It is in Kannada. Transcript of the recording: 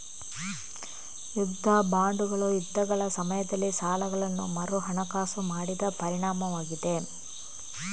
ಯುದ್ಧ ಬಾಂಡುಗಳು ಯುದ್ಧಗಳ ಸಮಯದಲ್ಲಿ ಸಾಲಗಳನ್ನು ಮರುಹಣಕಾಸು ಮಾಡಿದ ಪರಿಣಾಮವಾಗಿದೆ